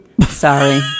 Sorry